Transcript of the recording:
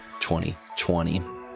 2020